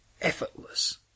effortless